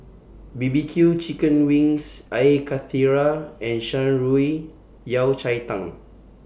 B B Q Chicken Wings Air Karthira and Shan Rui Yao Cai Tang